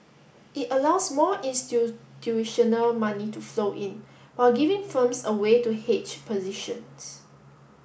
it allows more institutional money to flow in while giving firms a way to hedge positions